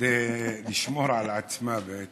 כדי לשמור על עצמה, בעצם,